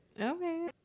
Okay